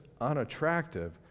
unattractive